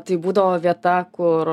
tai būdavo vieta kur